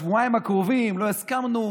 בשבועיים הקרובים לא הזכרנו,